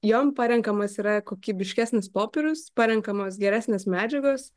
jom parenkamas yra kokybiškesnis popierius parenkamos geresnės medžiagos